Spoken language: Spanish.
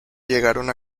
llegaron